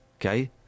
Okay